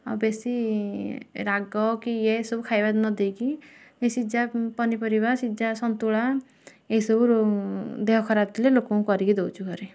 ଆଉ ବେଶୀ ରାଗ କି ଇଏ ସବୁ ଖାଇବାର ନ ଦେଇକି ଏଇ ସିଜା ପନିପରିବା ସିଜା ସନ୍ତୁଳା ଏଇ ସବୁ ଦେହ ଖରାପ ଥିଲେ ଲୋକଙ୍କୁ କରିକି ଦଉଛୁ ଘରେ